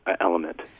element